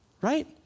right